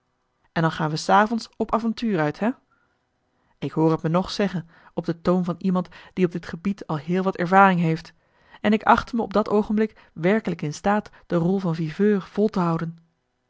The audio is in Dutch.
en dan gaan we s avonds op avontuur uit hè ik hoor t me nog zeggen op de toon van iemand die op dit gebied al heel wat ervaring heeft en ik achtte me op dat oogenblik werkelijk in staat de rol van viveur vol te houden